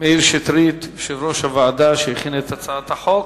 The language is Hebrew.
מאיר שטרית, יושב-ראש הוועדה, שהכין את הצעת החוק,